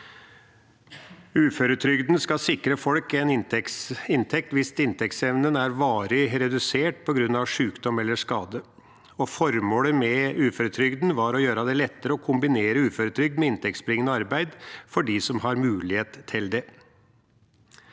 Uføretrygden skal sikre folk en inntekt hvis inntektsevnen er varig redusert på grunn av sykdom eller skade, og formålet med uføretrygden var å gjøre det lettere å kombinere uføretrygd med inntektsbringende arbeid for dem som har mulighet til det.